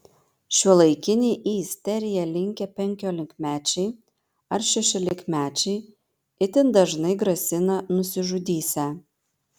šiuolaikiniai į isteriją linkę penkiolikmečiai ar šešiolikmečiai itin dažnai grasina nusižudysią